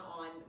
on